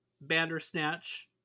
Bandersnatch